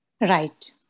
Right